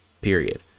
Period